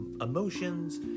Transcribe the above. emotions